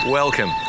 Welcome